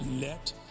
Let